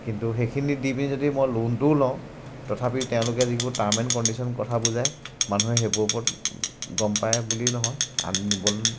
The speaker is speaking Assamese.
কিন্তু সেইখিনি দি পিনি যদি মই লোনটোও লওঁ তথাপি তেওঁলোকে যিবোৰ টাৰ্ম এণ্ড কণ্ডিশ্যন কথা বুজায় মানুহে সেইবোৰৰ ওপৰত গম পায় বুলি নহয় আনিব